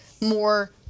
more